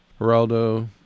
Geraldo